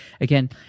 Again